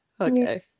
Okay